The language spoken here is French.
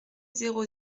zéro